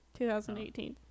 2018